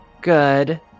good